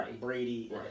Brady